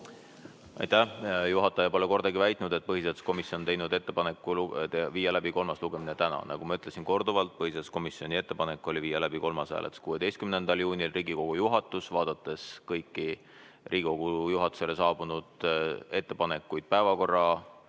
Aitäh! Juhataja pole kordagi väitnud, et põhiseaduskomisjon on teinud ettepaneku viia läbi kolmas lugemine täna. Nagu ma olen korduvalt öelnud, põhiseaduskomisjoni ettepanek oli viia läbi kolmas hääletus 16. juunil. Riigikogu juhatus, vaadates kõiki Riigikogu juhatusele saabunud ettepanekuid päevakorra